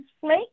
Flake